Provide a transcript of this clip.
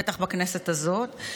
בטח בכנסת הזאת,